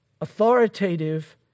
Authoritative